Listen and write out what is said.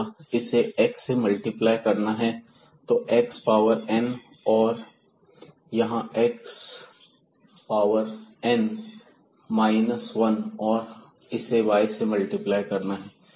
इसे x से multiply करना है तो x पावर n और यहां x पावर न माइनस 1 और इसे हमें y से मल्टिप्लाई करना है